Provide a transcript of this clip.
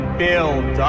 build